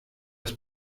das